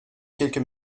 quelques